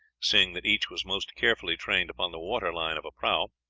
seeing that each was most carefully trained upon the waterline of a prahu.